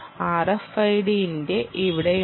RFID antenna ഇവിടെയുണ്ട്